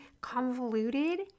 convoluted